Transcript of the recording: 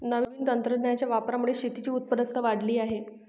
नवीन तंत्रज्ञानाच्या वापरामुळे शेतीची उत्पादकता वाढली आहे